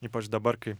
ypač dabar kai